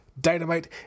Dynamite